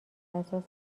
اساس